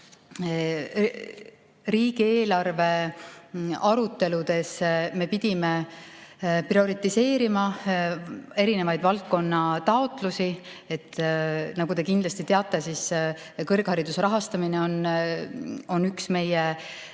Riigieelarve aruteludes me pidime prioriseerima erinevaid valdkonna taotlusi. Nagu te kindlasti teate, kõrghariduse rahastamine on üks meie